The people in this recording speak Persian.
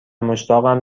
مشتاقم